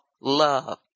love